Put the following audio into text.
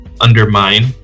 undermine